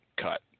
cut